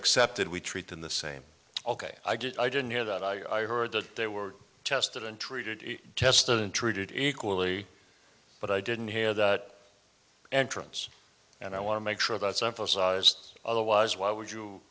accepted we treat them the same ok i get i didn't hear that i heard that they were tested and treated tested and treated equally but i didn't hear that entrance and i want to make sure that some full sized otherwise why would you